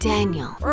Daniel